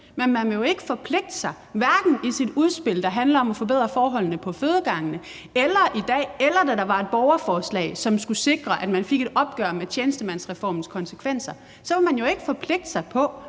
Men man vil jo ikke forpligte sig, hverken i sit udspil, der handler om at forbedre forholdene på fødegangene i dag, eller da der var et borgerforslag, som skulle sikre, at man fik et opgør med tjenestemandsreformens konsekvenser. Man vil jo ikke forpligte sig til